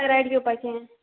right घेवपाचें